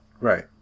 Right